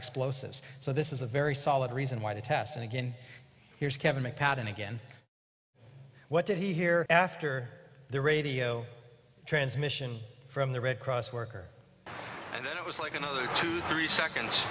explosives so this is a very solid reason why the test and again here's kevin mccloud and again what did he hear after the radio transmission from the red cross worker it was like another two three seconds